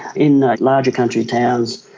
in larger country towns,